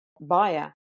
buyer